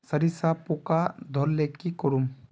सरिसा पूका धोर ले की करूम?